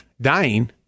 dying